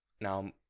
now